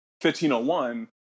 1501